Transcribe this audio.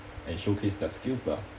and showcase their skills lah